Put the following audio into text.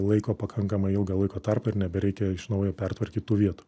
laiko pakankamai ilgą laiko tarpą ir nebereikia iš naujo pertvarkyt tų vietų